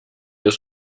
ist